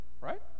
right